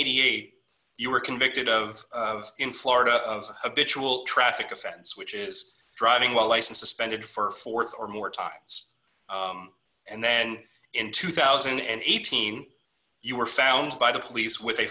eighty eight you were convicted of in florida of a bitch will traffic offense which is driving while license suspended for th or more time and then in two thousand and eighteen you were found by the police with a